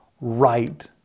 right